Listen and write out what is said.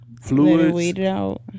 fluids